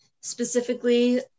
specifically